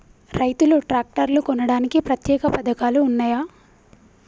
రైతులు ట్రాక్టర్లు కొనడానికి ప్రత్యేక పథకాలు ఉన్నయా?